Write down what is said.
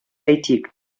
әйтик